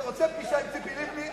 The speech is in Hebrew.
אתה רוצה פגישה עם ציפי לבני?